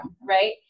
right